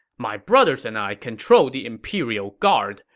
my brothers and i control the imperial guard.